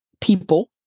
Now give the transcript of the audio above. people